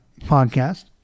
podcast